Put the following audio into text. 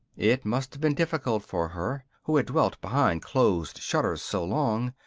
it must have been difficult for her, who had dwelt behind closed shutters so long,